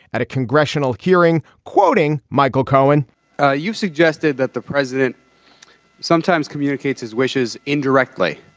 at a congressional hearing quoting michael cohen ah you suggested that the president sometimes communicates his wishes indirectly